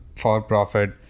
for-profit